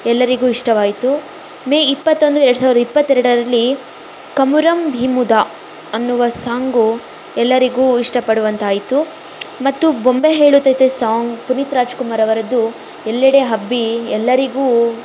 ಎಲ್ಲರಿಗೂ ಇಷ್ಟವಾಯಿತು ಮೇ ಇಪ್ಪತ್ತೊಂದು ಎರಡು ಸಾವಿರದ ಇಪ್ಪತ್ತೆರಡರಲ್ಲಿ ಕಮುರಮ್ ಭೀಮುದ ಅನ್ನುವ ಸಾಂಗು ಎಲ್ಲರಿಗೂ ಇಷ್ಟಪಡುವಂತಾಯಿತು ಮತ್ತು ಬೊಂಬೆ ಹೇಳುತೈತೆ ಸಾಂಗ್ ಪುನೀತ್ ರಾಜ್ಕುಮಾರ್ರವರದ್ದು ಎಲ್ಲೆಡೆ ಹಬ್ಬಿ ಎಲ್ಲರಿಗೂ